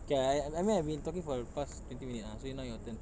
okay I I mean I've been talking for the past twenty minute ah so now your turn